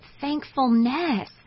thankfulness